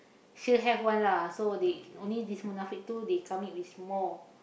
sure have one lah so they only this Munafik two they come it with more